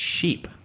sheep